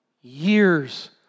years